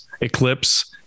Eclipse